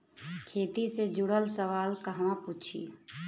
खेती से जुड़ल सवाल कहवा पूछी?